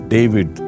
David